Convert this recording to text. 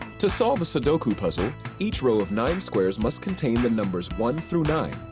to solve a sudoku puzzle, each row of nine squares must contain the numbers one through nine.